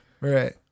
Right